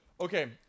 okay